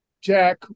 Jack